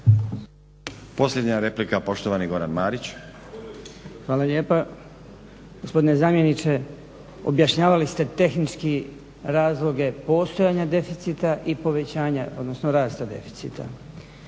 Posljednja replika, poštovani Goran Marić. **Marić, Goran (HDZ)** Hvala lijepa. Gospodine zamjeniče objašnjavali ste tehnički razloge postojanja deficita i povećanja, odnosno rasta deficita.